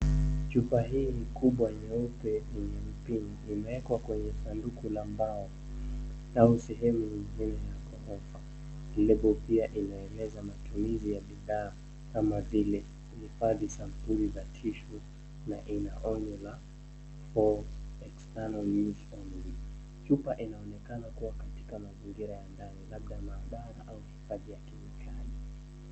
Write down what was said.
Chupa hii kubwa nyeupe yenye mpini imeekwa kwenye sanduku la mbao au sehemu nyingine ya korofa. Lebo inaeleza matumizi ya bidhaa, kama vile kuhifadhi sampuli za tishu na ina onyo la external use only . Chupa inaonekana katika mazingara ya ndani, labda maabara au hifadhi ya kemikali.